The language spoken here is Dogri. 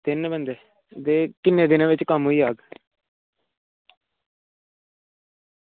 तिन बंदे ते किन्ने दिनें बिच्च कम्म होई जाह्ग